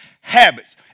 habits